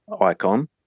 icon